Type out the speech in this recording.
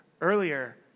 earlier